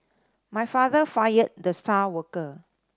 my father fired the star worker